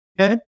Okay